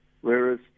whereas